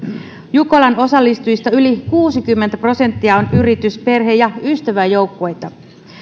jukolan osallistujista yli kuusikymmentä prosenttia on yritys perhe ja ystäväjoukkueita